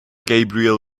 gabriel